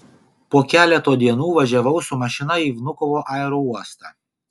po keleto dienų važiavau su mašina į vnukovo aerouostą